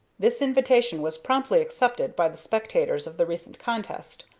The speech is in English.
this invitation was promptly accepted by the spectators of the recent contest,